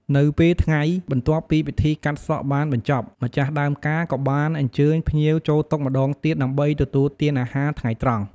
នៅពេលថ្ងៃ បន្ទាប់ពីពិធីកាត់សក់បានបញ្ចប់ ម្ចាស់ដើមការក៏បានអញ្ជើញភ្ញៀវចូលតុម្តងទៀតដើម្បីទទួលទានអាហារថ្ងៃត្រង់។